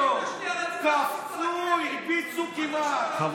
אני מזמין את חברת